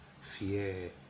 fear